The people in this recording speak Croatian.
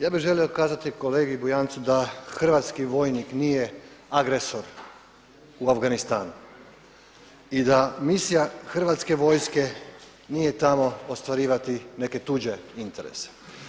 Ja bih želio kazati kolegi Bunjcu da hrvatski vojnik nije agresor u Afganistanu i da misija Hrvatske vojske nije tamo ostvarivati neke tuđe interese.